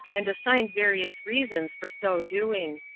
and assigned various reasons for so doing.